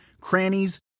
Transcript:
crannies